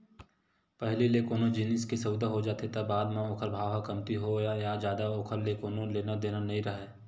पहिली ले कोनो जिनिस के सउदा हो जाथे त बाद म ओखर भाव ह कमती होवय या जादा ओखर ले कोनो लेना देना नइ राहय